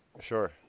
Sure